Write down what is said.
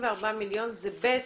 24 מיליון זה ב-2030.